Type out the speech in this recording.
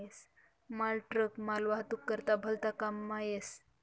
मालट्रक मालवाहतूक करता भलता काममा येस